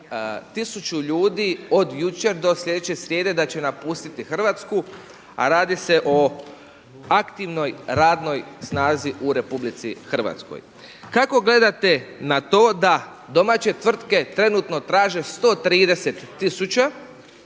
tisuću ljudi od jučer do sljedeće srijede da će napustiti Hrvatsku, a radi se o aktivnoj radnoj snazi u RH. Kako gledate na to da domaće tvrtke trenutno traže 130 tisuća